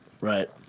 Right